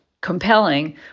compelling